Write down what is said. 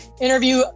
interview